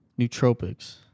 nootropics